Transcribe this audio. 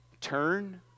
turn